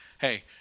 hey